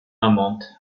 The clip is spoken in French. amante